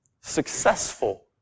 Successful